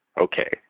Okay